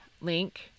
link